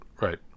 right